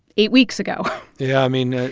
eight weeks ago yeah. i mean,